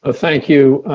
ah thank you,